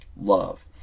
love